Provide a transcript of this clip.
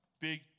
big